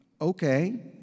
Okay